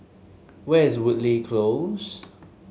where is Woodleigh Close